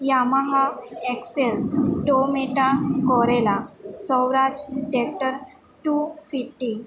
Yamaha XL tomato કોરેલા Saurashtra tractor to city